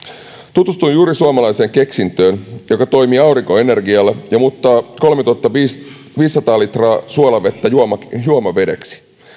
tutustuin juuri suomalaiseen keksintöön joka toimii aurinkoenergialla ja muuttaa kolmetuhattaviisisataa litraa suolavettä juomavedeksi juomavedeksi